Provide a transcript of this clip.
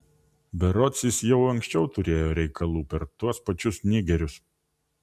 berods jis jau anksčiau turėjo reikalų per tuos pačius nigerius